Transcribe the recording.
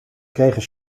kregen